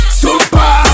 super